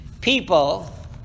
People